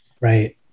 Right